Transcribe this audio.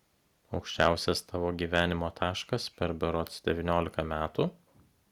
aukščiausias tavo gyvenimo taškas per berods devyniolika metų